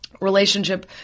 relationship